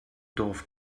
dorf